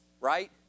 right